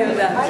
אני יודעת.